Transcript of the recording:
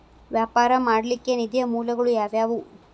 ವ್ಯಾಪಾರ ಮಾಡ್ಲಿಕ್ಕೆ ನಿಧಿಯ ಮೂಲಗಳು ಯಾವ್ಯಾವು?